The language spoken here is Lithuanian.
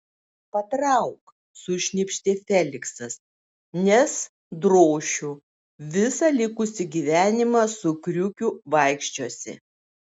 patrauk sušnypštė feliksas nes drošiu visą likusį gyvenimą su kriukiu vaikščiosi